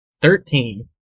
Thirteen